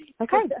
Okay